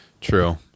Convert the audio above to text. True